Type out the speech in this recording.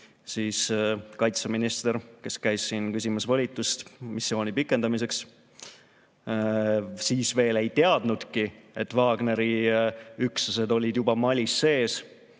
kaitseminister, kes käis siin küsimas volitust missiooni pikendamiseks, veel ei teadnudki, et Wagneri üksused olid juba Malis sees.